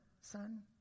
son